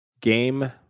Game